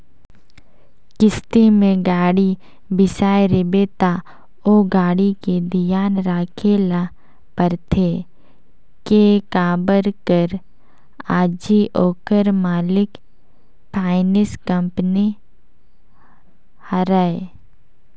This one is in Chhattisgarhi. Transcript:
किस्ती में गाड़ी बिसाए रिबे त ओ गाड़ी के धियान राखे ल परथे के काबर कर अझी ओखर मालिक फाइनेंस कंपनी हरय